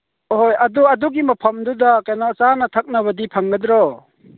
ꯍꯣꯏ ꯑꯗꯨ ꯑꯗꯨꯒꯤ ꯃꯐꯝꯗꯨꯗ ꯀꯩꯅꯣ ꯆꯥꯅ ꯊꯛꯅꯕꯗꯤ ꯐꯪꯒꯗ꯭ꯔꯣ